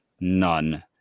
none